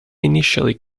initially